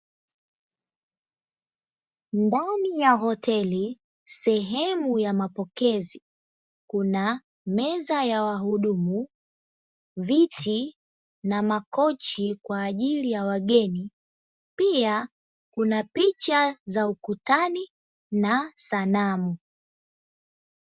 Ndani ya hoteli sehemu ya mapokezi kuna meza ya wahudumu viti na makochi kwa ajili ya wageni pia kuna picha za ukutani na sanamu.